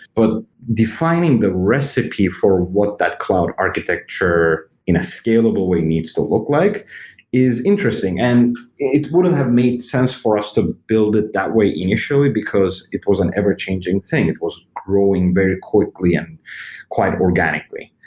but defining the recipe for what that cloud architecture in a scalable way needs to look like is interesting. and it wouldn't have made sense for us to build it that way initially, because it was an ever changing thing. it was growing very quickly and quite organically.